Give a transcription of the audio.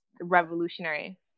revolutionary